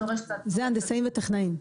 זה הנדסאים וטכנאים.